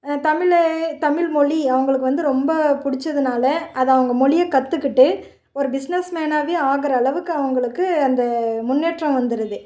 தமிழை தமிழ் மொழி அவங்களுக்கு வந்து ரொம்ப பிடிச்சதுனால அதை அவங்க மொழியை கற்றுக்கிட்டு ஒரு பிஸ்னஸ்மேனாகவே ஆகுற அளவுக்கு அவங்களுக்கு அந்த முன்னேற்றம் வந்துவிடுது